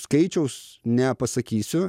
skaičiaus nepasakysiu